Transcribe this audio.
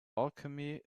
alchemy